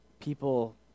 people